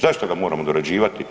Zašto ga moramo dorađivati?